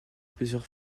plusieurs